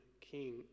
king